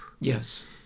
Yes